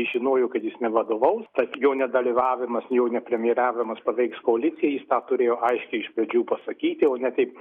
jis žinojo kad jis nevadovaus tad jo nedalyvavimas jo nepremjeravimas paveiks koaliciją jis tą turėjo aiškiai iš pradžių pasakyti o ne taip